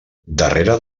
darrere